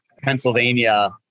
Pennsylvania